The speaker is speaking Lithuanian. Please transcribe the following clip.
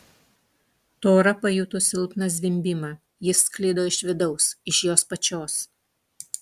tora pajuto silpną zvimbimą jis sklido iš vidaus iš jos pačios